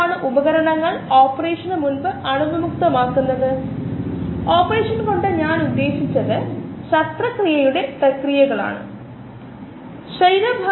നമ്മൾ പൂർത്തിയാക്കിയ ശേഷം നമ്മുടെ കണക്കുകൂട്ടലുകൾ പരിശോധിക്കുന്നത് എല്ലായ്പ്പോഴും നല്ലതാണ് എന്നാൽ എല്ലായ്പ്പോഴും നമ്മൾ മനസ്സിൽ കിട്ടുന്നു സംഖ്യയുടെ യാഥാർത്ഥ്യം നിലനിർത്തുക